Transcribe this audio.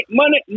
money